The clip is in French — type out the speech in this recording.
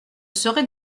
serait